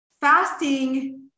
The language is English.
fasting